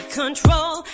control